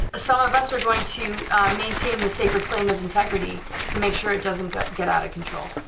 some of us are going to maintain the sacred flame of integrity to make sure it doesn't get get out of control,